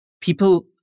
people